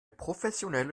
professionelle